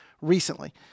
recently